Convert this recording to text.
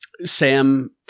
Sam